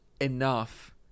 enough